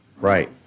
Right